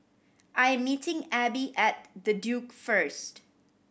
I am meeting Ebbie at The Duke first